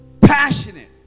passionate